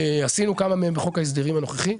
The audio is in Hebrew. עשינו כמה מהם בחוק ההסדרים הנוכחי,